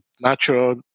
natural